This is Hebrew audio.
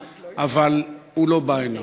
אבל הוא לא בא הנה,